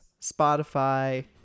Spotify